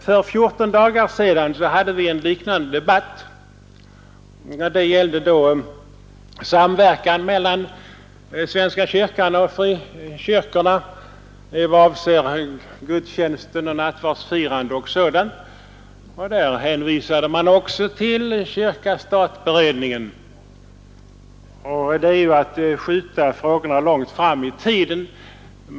För fjorton dagar sedan hade vi en liknande debatt; det gällde samverkan mellan svenska kyrkan och frikyrkorna i fråga om gemensamma gudstjänster och nattvardsfirande. Då hänvisade man också till kyrka—stat-beredningen, men det är ju bara att skjuta frågorna långt fram i tiden.